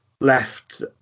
left